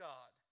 God